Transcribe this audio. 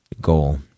goal